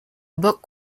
book